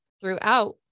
throughout